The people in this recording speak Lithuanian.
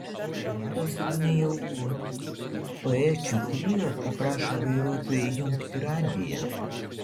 darosi nejauku poečių trio paprašo vairuotojo įjungti radiją